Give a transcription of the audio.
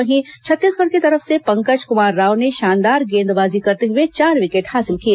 वहीं छत्तीसगढ़ की तरफ से पंकज कुमार राव ने शानदार गेंदबाजी करते हुए चार विकेट हासिल किए